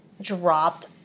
dropped